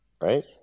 right